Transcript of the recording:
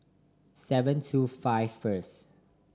seven two five first